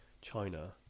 china